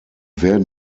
werden